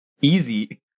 Easy